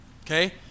Okay